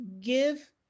give